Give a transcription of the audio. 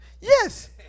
Yes